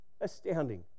Astounding